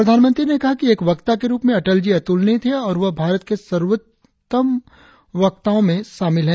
प्रधानमंत्री ने कहा कि एक वक्ता के रुप में अटल जी अतुलनीय थे और वह भारत के सर्वोत्तम वक्ताओं में शामिल हैं